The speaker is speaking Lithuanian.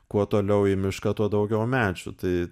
kuo toliau į mišką tuo daugiau medžių tai